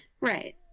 right